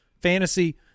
fantasy